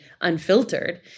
unfiltered